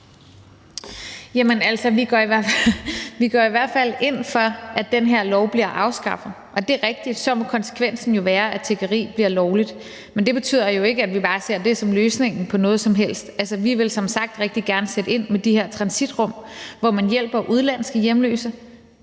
Vi går i hvert fald ind for, at den her lov bliver afskaffet, og det er jo rigtigt, at konsekvensen så må være, at tiggeri bliver lovligt. Men det betyder jo ikke, at vi bare ser det som løsningen på noget som helst. Vi vil som sagt rigtig gerne sætte ind med de her transitrum, hvor man hjælper udenlandske hjemløse